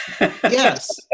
Yes